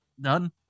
Done